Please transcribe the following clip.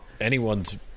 anyone's